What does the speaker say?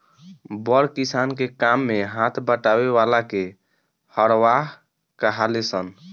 बड़ किसान के काम मे हाथ बटावे वाला के हरवाह कहाले सन